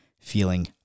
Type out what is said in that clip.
feeling